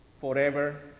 forever